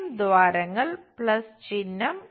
വീണ്ടും ദ്വാരങ്ങൾ പ്ലസ് ചിഹ്നം